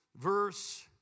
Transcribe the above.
Verse